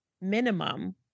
minimum